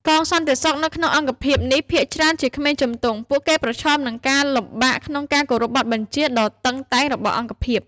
កងសន្តិសុខនៅក្នុងអង្គភាពនេះភាគច្រើនជា ក្មេងជំទង់ ពួកគេប្រឈមនឹងការលំបាកក្នុងការគោរពបទបញ្ជាដ៏តឹងតែងរបស់អង្គភាព។